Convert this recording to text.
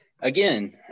Again